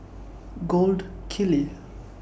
Gold Kili